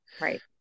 Right